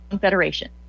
federation